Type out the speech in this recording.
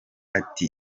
ati